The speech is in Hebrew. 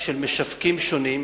של משווקים שונים,